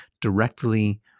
directly